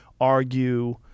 argue